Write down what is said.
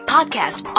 Podcast